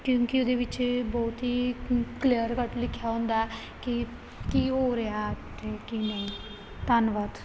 ਕਿਉਂਕਿ ਉਹਦੇ ਵਿੱਚ ਬਹੁਤ ਹੀ ਕਲੀਅਰ ਕੱਟ ਲਿਖਿਆ ਹੁੰਦਾ ਕਿ ਕੀ ਹੋ ਰਿਹਾ ਇੱਥੇ ਕੀ ਨਹੀਂ ਧੰਨਵਾਦ